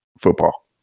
football